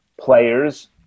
players